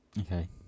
Okay